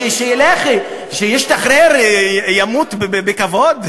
שילך, שישתחרר, ימות בכבוד,